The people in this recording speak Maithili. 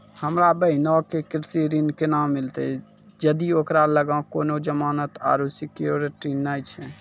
हमरो बहिनो के कृषि ऋण केना मिलतै जदि ओकरा लगां कोनो जमानत आरु सिक्योरिटी नै छै?